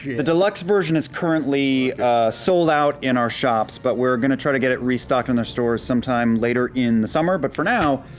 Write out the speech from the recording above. the deluxe version is currently sold out in our shops, but we're going to try to get it restocked in the store, sometime later in the summer, but for now,